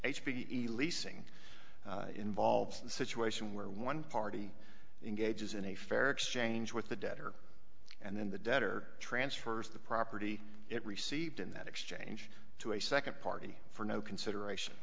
h b e leasing involves a situation where one party engages in a fair exchange with the debtor and then the debtor transfers the property it received in that exchange to a second party for no consideration